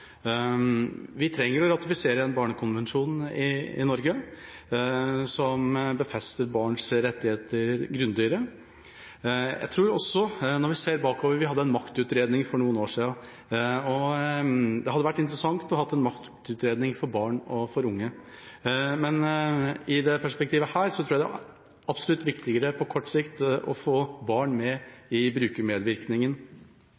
Vi trenger å ratifisere en barnekonvensjon i Norge som befester barns rettigheter grundigere. Når vi ser bakover, hadde vi en maktutredning for noen år siden, og det hadde vært interessant å ha en maktutredning for barn og unge. Men i dette perspektivet tror jeg det på kort sikt absolutt er viktigere å få barn